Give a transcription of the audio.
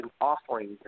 offerings